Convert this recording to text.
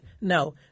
No